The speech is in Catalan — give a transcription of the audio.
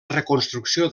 reconstrucció